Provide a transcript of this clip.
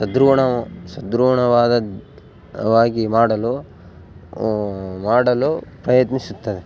ಸಧೃಢವು ಸಧೃಢವಾದದ್ವಾಗಿ ಮಾಡಲು ಮಾಡಲು ಪ್ರಯತ್ನಿಸುತ್ತದೆ